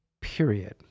period